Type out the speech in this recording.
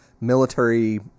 military